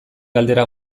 galdera